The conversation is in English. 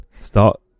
Start